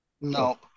No